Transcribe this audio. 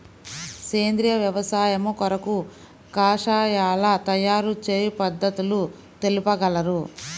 సేంద్రియ వ్యవసాయము కొరకు కషాయాల తయారు చేయు పద్ధతులు తెలుపగలరు?